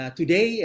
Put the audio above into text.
today